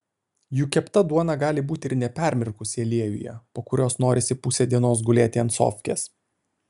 juk kepta duona gali būti ir nepermirkusi aliejuje po kurios norisi pusę dienos gulėti ant sofkės